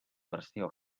versió